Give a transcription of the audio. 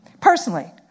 personally